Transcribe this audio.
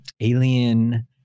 alien